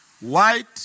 white